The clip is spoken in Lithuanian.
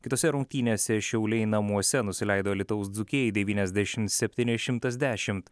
kitose rungtynėse šiauliai namuose nusileido alytaus dzūkijai devyniasdešimt septyni šimtas dešimt